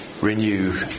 renew